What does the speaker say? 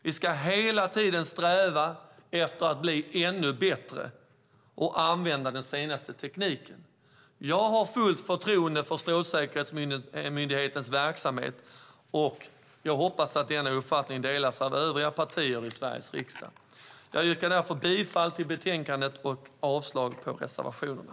Vi ska hela tiden sträva efter att bli ännu bättre och använda den senaste tekniken. Jag har fullt förtroende för Strålsäkerhetsmyndighetens verksamhet, och jag hoppas att denna uppfattning delas av övriga partier i Sveriges riksdag. Jag yrkar bifall till förslaget i betänkandet och avslag på reservationerna.